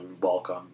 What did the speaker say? welcome